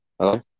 Hello